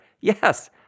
yes